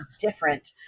different